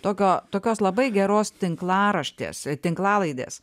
tokio tokios labai geros tinklaraštės tinklalaidės